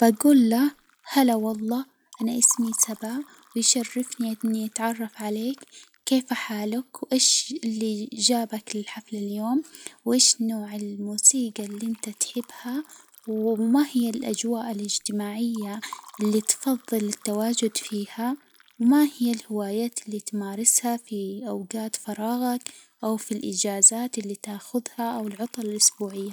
بجول له هلا والله، أنا اسمي سبا، ويشرفني إني أتعرّف عليك، كيف حالك؟ إيش اللي جابك للحفل اليوم؟ و إيش نوع الموسيجى اللي أنت تحبها؟ وما هي الأجواء الإجتماعية اللي تفظل التواجد فيها؟ و ما هي الهوايات اللي تمارسها في أوجات فراغك أو في الإجازات اللي تأخذها أوالعطل الأسبوعية؟